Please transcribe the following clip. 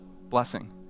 blessing